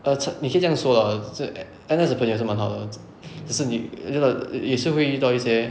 err 差你可以这样说 ah 就 n~ N_S 的朋友也是蛮好的只是你然后会遇到一些